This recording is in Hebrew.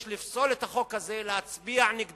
יש לפסול את החוק הזה, להצביע נגדו.